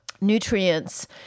nutrients